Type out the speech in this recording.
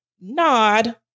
nod